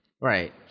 Right